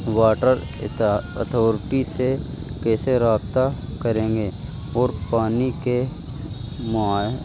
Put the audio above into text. water authority سے کیسے رابطہ کریں گے اور پانی کے